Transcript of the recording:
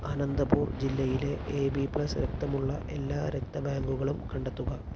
അനന്തപൂർ ജില്ലയിലെ A B plus രക്തമുള്ള എല്ലാ രക്ത ബാങ്കുകളും കണ്ടെത്തുക